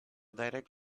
direct